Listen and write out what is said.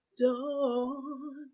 Dawn